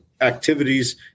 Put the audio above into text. activities